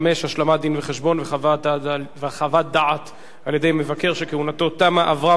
45) (השלמת דין-וחשבון וחוות דעת על-ידי מבקר שכהונתו תמה),